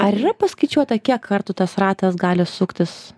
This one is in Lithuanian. ar yra paskaičiuota kiek kartų tas ratas gali suktis